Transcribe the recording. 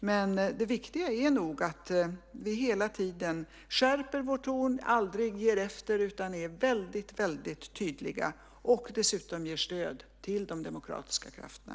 Men det viktiga är att vi hela tiden skärper vår ton, aldrig ger efter, är tydliga och dessutom ger stöd till de demokratiska krafterna.